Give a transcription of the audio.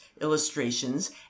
illustrations